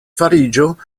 fariĝo